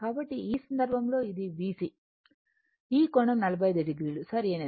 కాబట్టి ఈ సందర్భంలో ఇది VC ఈ కోణం 45 o సరైనది